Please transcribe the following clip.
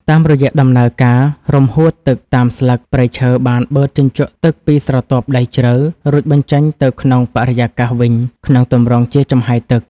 តាមរយៈដំណើរការរំហួតទឹកតាមស្លឹក ព្រៃឈើបានបឺតជញ្ជក់ទឹកពីស្រទាប់ដីជ្រៅ រួចបញ្ចេញទៅក្នុងបរិយាកាសវិញក្នុងទម្រង់ជាចំហាយទឹក។